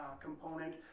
component